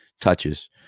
touches